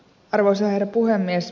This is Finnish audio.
arvoisa herra puhemies